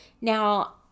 Now